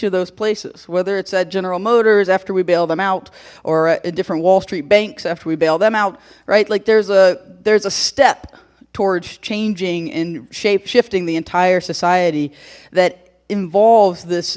of those places whether it's at general motors after we bailed them out or a different wall street banks after we bail them out right like there's a there's a step towards changing in shape shifting the entire society that involves this